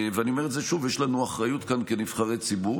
אני אומר שוב: יש לנו אחריות כאן כנבחרי ציבור,